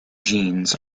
genes